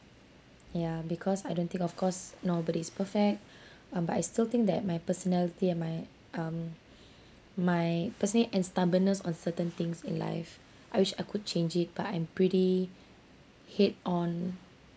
ya because I don't think of course nobody is perfect uh but I still think that my personality and my um my personally and stubbornness on certain things in life I wish I could change it but I'm pretty head on